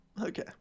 Okay